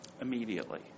immediately